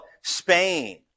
Spain